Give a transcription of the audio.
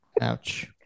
Ouch